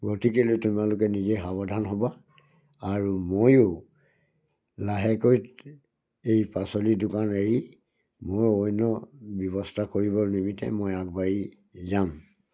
গতিকেলৈ তোমালোকে নিজে সাৱধান হ'ব আৰু ময়ো লাহেকৈ এই পাচলি দোকান এৰি মোৰ অন্য ব্যৱস্থা কৰিবৰ নিমিত্তে মই আগবাঢ়ি যাম